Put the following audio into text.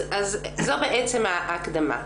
זו ההקדמה.